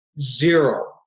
zero